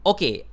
Okay